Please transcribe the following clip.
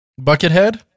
Buckethead